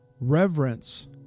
Reverence